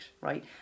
right